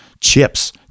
chips